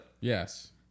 Yes